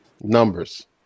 numbers